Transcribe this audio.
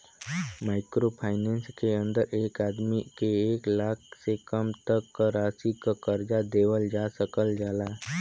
micro finance के अंदर एक आदमी के एक लाख से कम तक क राशि क कर्जा देवल जा सकल जाला